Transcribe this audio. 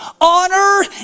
Honor